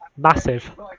massive